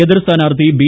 എതിർ സ്ഥാനാർത്ഥി ബി